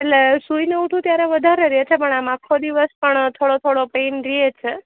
એટલે સૂઈને ઊઠું ત્યારે વધારે રહે છે પણ આમ આખો પણ થોડો થોડો પેઇન રહે છે